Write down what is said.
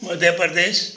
Madhya Pradesh